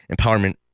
empowerment